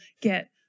get